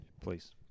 Please